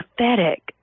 pathetic